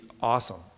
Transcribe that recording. awesome